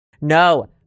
No